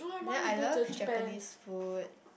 then I love Japanese food